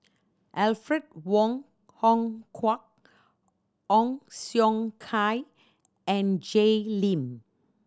Alfred Wong Hong Kwok Ong Siong Kai and Jay Lim